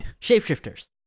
Shapeshifters